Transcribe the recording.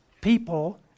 people